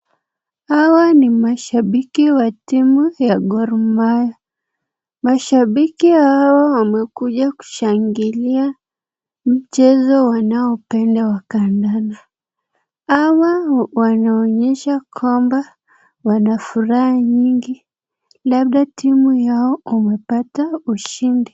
Hawa ni mashabiki wa Gor mahia , mashabiki hawa wamekuja kushangilia mchezo wanopenda ya kandanda, hawa wanaonyesha kikombe wanafurahia nyingi labda timu ya wamepata ushindi.